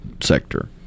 sector